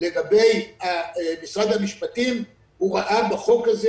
לגבי משרד המשפטים הוא ראה בחוק הזה